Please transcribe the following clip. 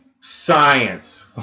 science